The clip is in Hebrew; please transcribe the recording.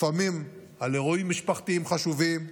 לפעמים על אירועים משפחתיים חשובים,